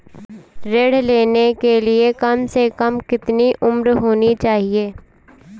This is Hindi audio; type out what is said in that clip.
ऋण लेने के लिए कम से कम कितनी उम्र होनी चाहिए?